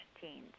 teens